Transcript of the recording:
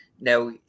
Now